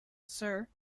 sir